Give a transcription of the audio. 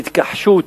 התכחשות,